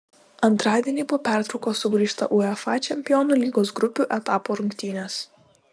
antradienį po pertraukos sugrįžta uefa čempionų lygos grupių etapo rungtynės